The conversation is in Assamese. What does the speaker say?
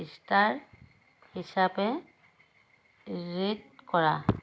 ষ্টাৰ হিচাপে ৰেট কৰা